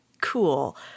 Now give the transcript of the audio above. cool